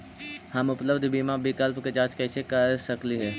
हम उपलब्ध बीमा विकल्प के जांच कैसे कर सकली हे?